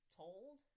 told